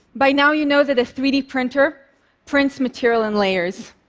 by now, you know that a three d printer prints material in layers.